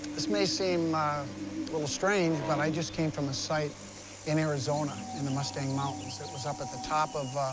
this may seem a little strange, but i just came from a site in arizona in the mustang mountains. it was up at the top of